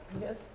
Yes